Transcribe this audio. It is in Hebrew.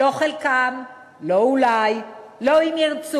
לא חלקם, לא אולי, לא אם ירצו.